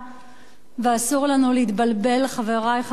ואסור לנו להתבלבל, חברי חברי הכנסת,